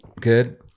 good